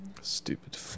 Stupid